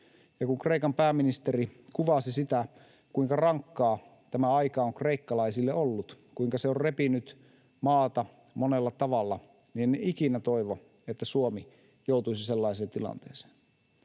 Ja kun Kreikan pääministeri kuvasi sitä, kuinka rankkaa tämä aika on kreikkalaisille ollut, kuinka se on repinyt maata monella tavalla, niin en ikinä toivo, että Suomi joutuisi sellaiseen tilanteeseen.